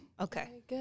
Okay